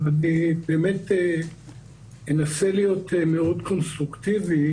אבל אני באמת אנסה להיות מאוד קונסטרוקטיבי